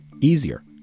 easier